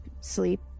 sleep